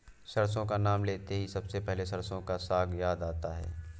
सरसों का नाम लेते ही सबसे पहले सरसों का साग याद आता है